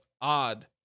odd